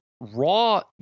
Raw